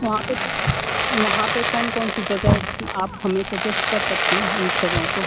वहाँ पे कौन वहाँ पे कौन कौन सी जगह आप हमें सजेस्ट कर सकते हैं जगहों को